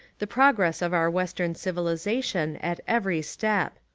the progress of our western civilisation at every step.